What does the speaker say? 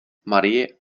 marie